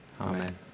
Amen